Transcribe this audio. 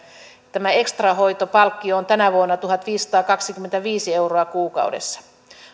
tämä ekstrahoitopalkkio on tänä vuonna tuhatviisisataakaksikymmentäviisi euroa kuukaudessa